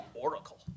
oracle